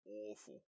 awful